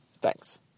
Thanks